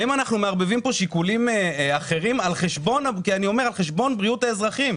האם אנחנו מערבבים פה שיקולים אחרים על חשבון בריאות האזרחים?